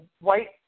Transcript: white